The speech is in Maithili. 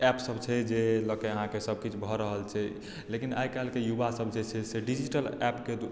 एप्पसभ छै जे लऽ के अहाँकेँ सभकिछु भऽ रहल छै लेकिन आइकाल्हिके युवासभ जे छै से डिजिटल एप्पके